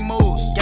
moves